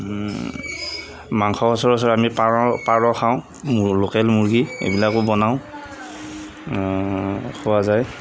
মাংস সচৰাচৰ আমি পাৰ পাৰ খাওঁ লোকেল মুৰ্গী এইবিলাকো বনাওঁ খোৱা যায়